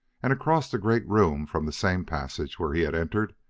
and across the great room, from the same passage where he had entered,